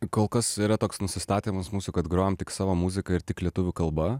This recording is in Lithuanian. kol kas yra toks nusistatymas mūsų kad grojam tik savo muziką ir tik lietuvių kalba